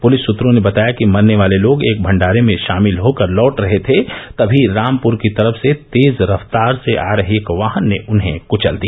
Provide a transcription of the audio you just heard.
police सुत्रों ने बताया कि मरने वाले लोग एक भण्डारे में षामिल होकर लौट रहे थे तभी रामपुर की तरफ से तेज रफ्तार से आ रहे एक वाहन ने उन्हें कुचल दिया